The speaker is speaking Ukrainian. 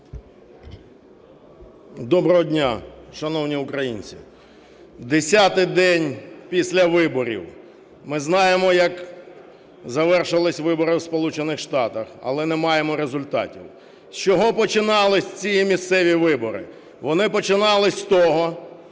Доброго дня, шановні українці. Десятий день після виборів. ми знаємо, як завершилися вибори у Сполучених Штатах, але не маємо результатів. З чого починалися ці місцеві вибори? Вони починалися з того,